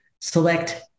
select